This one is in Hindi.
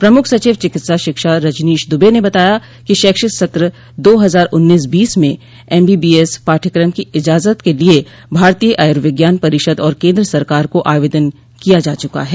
प्रमुख सचिव चिकित्सा शिक्षा रजनीश दुबे ने बताया कि शैक्षिक सत्र दो हजार उन्नीस बीस में एमबीबीएस पाठ्यक्रम की इजाजत के लिये भारतीय आयुर्विज्ञान परिषद और केन्द्र सरकार को आवेदन किया जा चुका है